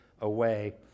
away